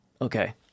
Okay